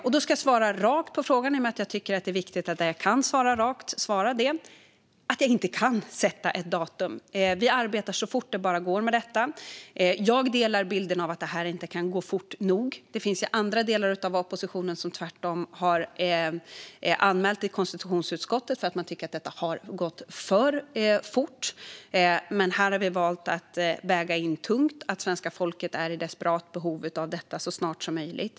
Jag ska svara rakt på frågan i och med att jag tycker att det är viktigt att jag kan svara rakt: Jag kan inte sätta ett datum. Vi arbetar så fort det bara går med detta. Jag delar bilden av att det här inte kan gå fort nog. Det finns andra delar av oppositionen som tvärtom har anmält till konstitutionsutskottet att man tycker att det har gått för fort. Men här har vi valt att låta det väga tungt att svenska folket är i desperat behov av stödet så snart som möjligt.